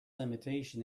limitation